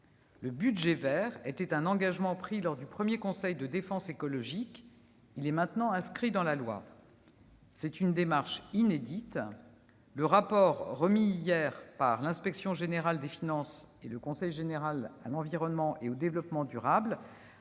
Le « budget vert » était un engagement pris lors du premier Conseil de défense écologique ; il est maintenant inscrit dans la loi. Il s'agit là d'une démarche inédite. Le rapport rendu hier par l'Inspection générale des finances et le Conseil général de l'environnement et du développement durable